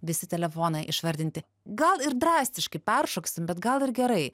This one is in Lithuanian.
visi telefonai išvardinti gal ir drastiškai peršoksim bet gal ir gerai